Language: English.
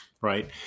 right